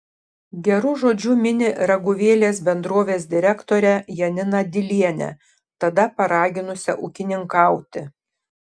geru žodžiu mini raguvėlės bendrovės direktorę janiną dilienę tada paraginusią ūkininkauti